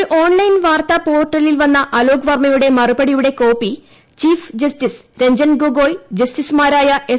ഒരു ഓൺലൈൻ വാർത്താ പോർട്ടലിൽ വന്ന അലോക് വർമ്മയുടെ മറുപടിയുടെ copy chief justice Ranjan Gogoi ജസ്റ്റിസുമാരായ എസ്